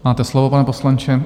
Máte slovo, pane poslanče.